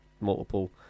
multiple